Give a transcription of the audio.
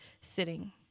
sitting